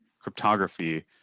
cryptography